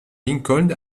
lincoln